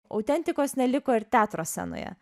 autentikos neliko ir teatro scenoje